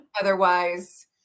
Otherwise